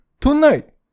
tonight